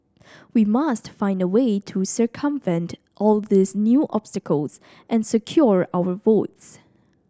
we must find a way to circumvent all these new obstacles and secure our votes